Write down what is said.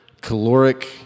caloric